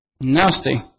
Nasty